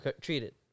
treated